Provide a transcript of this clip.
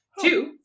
Two